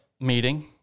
meeting